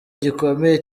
gikomeye